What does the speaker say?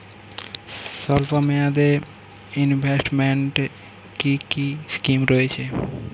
স্বল্পমেয়াদে এ ইনভেস্টমেন্ট কি কী স্কীম রয়েছে?